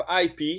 IP